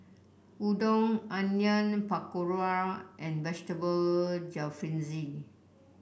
Udon Onion Pakora and Vegetable Jalfrezi